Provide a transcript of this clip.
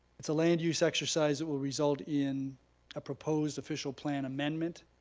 it's a land use exercise that will result in a proposed official plan amendment,